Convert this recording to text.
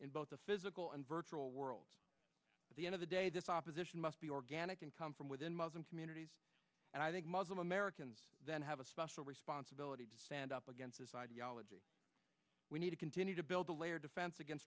in both the physical and virtual worlds at the end of the day this opposition must be organic and come from within muslim communities and i think muslim americans then have a special responsibility and up against this ideology we need to continue to build a layered defense against